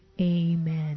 Amen